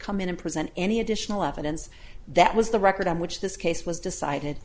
come in and present any additional evidence that was the record on which this case was decided